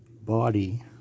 body